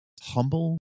humble